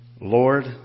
Lord